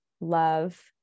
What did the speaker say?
love